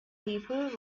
people